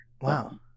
Wow